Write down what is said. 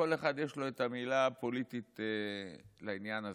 כל אחד יש לו את המילה הפוליטית לעניין הזה.